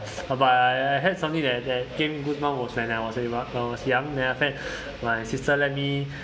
uh but I had something that that gave me goosebumps was when I was youn~ when I was young then after that my sister let me